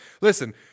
Listen